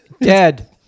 Dead